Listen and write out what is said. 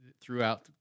throughout